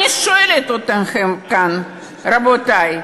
אני שואלת אתכם כאן, רבותי,